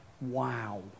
wow